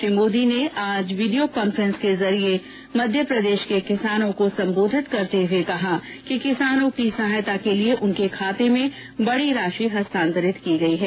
श्री मोदी ने आज video conferencing के माध्यम से मध्य प्रदेश के किसानों को संबोधित करते हुये कहा कि किसानों की सहायता के लिए उनके खाते में बड़ी राशि अंतरित की गई है